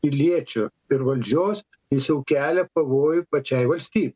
piliečių ir valdžios jis jau kelia pavojų pačiai valstyb